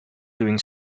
doing